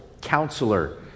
Counselor